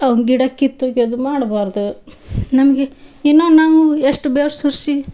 ಅವ್ನ ಗಿಡ ಕಿತ್ತೊಗಿಯೋದು ಮಾಡ್ಬಾರದು ನಮಗೆ ಇನ್ನು ನಾವು ಎಷ್ಟು ಬೆವ್ರು ಸುರಿಸಿ